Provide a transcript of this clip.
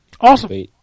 Awesome